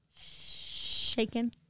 Shaken